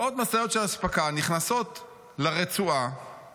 מאות משאיות של אספקה נכנסות לרצועה